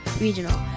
Regional